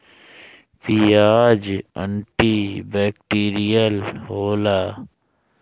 पियाज antibacterial होला